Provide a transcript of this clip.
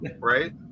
right